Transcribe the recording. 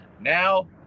Now